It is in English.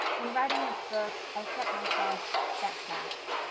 in writing this book, i set myself that task.